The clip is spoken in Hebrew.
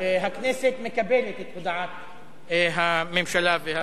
הכנסת מקבלת את הודעת הממשלה והשרה.